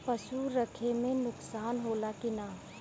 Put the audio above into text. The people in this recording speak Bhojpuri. पशु रखे मे नुकसान होला कि न?